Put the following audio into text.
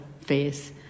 face